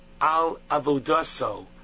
al-Avodaso